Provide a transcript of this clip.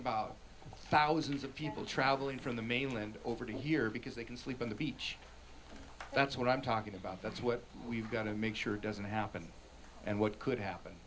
about thousands of people travelling from the mainland over here because they can sleep on the beach that's what i'm talking about that's what we've got to make sure doesn't happen and what could happen